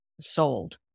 sold